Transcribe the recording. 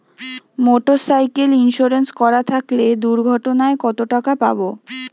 Motorcycle insurance করা থাকলে দুঃঘটনায় কতটাকা পাব?